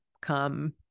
come